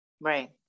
Right